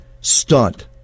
stunt